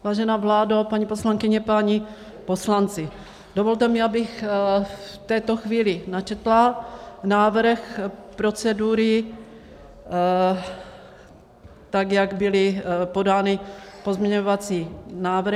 Vážená vládo, paní poslankyně, páni poslanci, dovolte mi, abych v této chvíli načetla návrh procedury, tak jak byly podány pozměňovací návrhy.